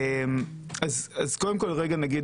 חשוב להזכיר